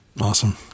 awesome